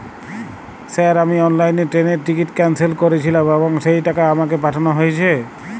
Sir আমি অনলাইনে ট্রেনের টিকিট ক্যানসেল করেছিলাম এবং সেই টাকা আমাকে পাঠানো হয়েছে?